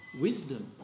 wisdom